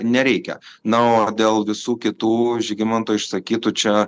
nereikia na o dėl visų kitų žygimanto išsakytų čia